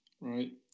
Right